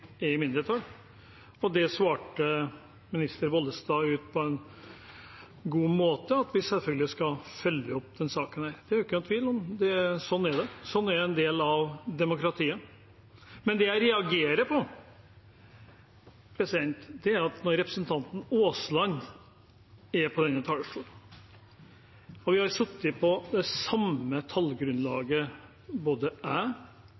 i mindretall, og statsråd Bollestad svarte ut på en god måte at vi selvfølgelig skal følge opp denne saken. Det er det ikke noen tvil om. Sånn er det. Det er en del av demokratiet. Det jeg reagerer på, er det som kom fra representanten Aasland på denne talerstolen. Vi har sittet på det samme tallgrunnlaget, både